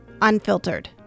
Unfiltered